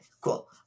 cool